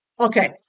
Okay